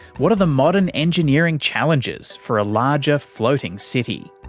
what are the modern engineering challenges for a larger floating city?